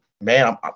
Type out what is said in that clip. man